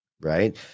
right